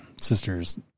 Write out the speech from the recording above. sister's